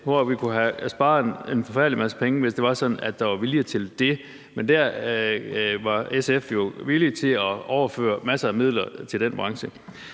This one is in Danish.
hvor vi kunne have sparet en forfærdelig masse penge, hvis det var sådan, at der var vilje til det. Men der var SF jo villige til at overføre masser af midler til den branche.